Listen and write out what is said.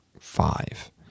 five